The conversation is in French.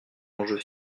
enjeu